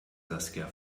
saskia